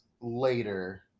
later